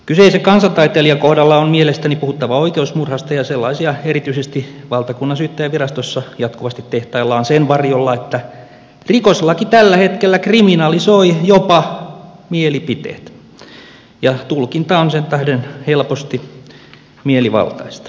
kyseisen kansantaiteilijan kohdalla on mielestäni puhuttava oikeusmurhasta ja sellaisia erityisesti valtakunnansyyttäjänvirastossa jatkuvasti tehtaillaan sen varjolla että rikoslaki tällä hetkellä kriminalisoi jopa mielipiteet ja tulkinta on sen tähden helposti mielivaltaista